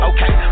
Okay